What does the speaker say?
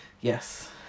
Yes